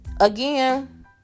again